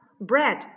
bread